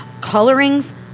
colorings